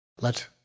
Let